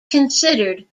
considered